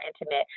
intimate